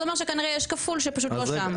זה אומר שכנראה יש כפול שכנראה לא שם,